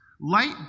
light